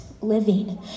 living